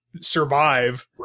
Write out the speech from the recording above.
survive